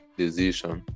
decision